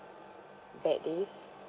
bad days